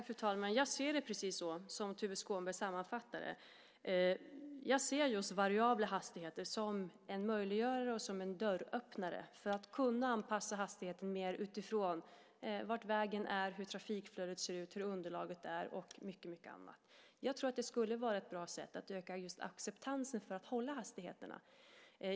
Fru talman! Jag ser det precis så som Tuve Skånberg sammanfattar det. Jag ser just variabla hastigheter som en möjliggörare och som en dörröppnare för att kunna anpassa hastigheten mer utifrån var vägen är, hur trafikflödet ser ut, hur underlaget är och mycket annat. Jag tror att det skulle vara ett bra sätt att öka just acceptansen för att hålla hastigheterna.